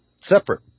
separate